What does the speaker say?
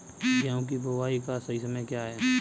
गेहूँ की बुआई का सही समय क्या है?